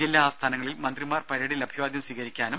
ജില്ലാ ആസ്ഥാനങ്ങളിൽ മന്ത്രിമാർ പരേഡിൽ അഭിവാദ്യം സ്വീകരിക്കും